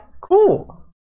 Cool